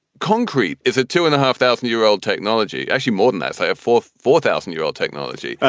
concrete is a two and a half thousand year old technology actually more than that. i have for four thousand year old technology,